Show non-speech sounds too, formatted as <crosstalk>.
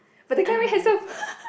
but the guy very handsome <laughs>